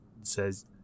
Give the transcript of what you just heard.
says